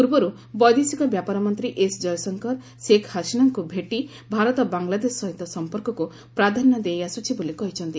ପୂର୍ବରୁ ବୈଦେଶିକ ବ୍ୟାପାର ମନ୍ତ୍ରୀ ଏସ୍ ଜୟଶଙ୍କର ସେଖ୍ ହସିନାଙ୍କୁ ଭେଟି ଭାରତ ବାଂଲାଦେଶ ସହିତ ସମ୍ପର୍କକୁ ପ୍ରାଧାନ୍ୟ ଦେଇଆସୁଛି ବୋଲି କହିଛନ୍ତି